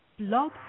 Blog